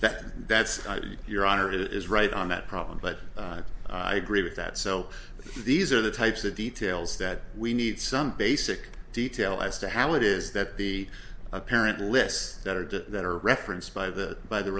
that that's your honor it is right on that problem but i agree with that so these are the types of details that we need some basic detail as to how it is that the apparent lists that are to that are referenced by the by the